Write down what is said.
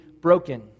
broken